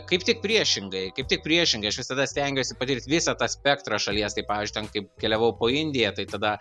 kaip tik priešingai kaip tik priešingai aš visada stengiuosi patirt visą tą spektrą šalies tai pavyzdžiui ten kaip keliavau po indiją tai tada